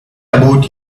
about